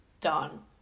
done